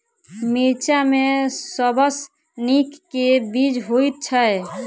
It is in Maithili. मिर्चा मे सबसँ नीक केँ बीज होइत छै?